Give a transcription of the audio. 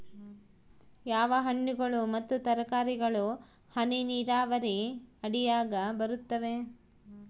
ಯಾವ ಹಣ್ಣುಗಳು ಮತ್ತು ತರಕಾರಿಗಳು ಹನಿ ನೇರಾವರಿ ಅಡಿಯಾಗ ಬರುತ್ತವೆ?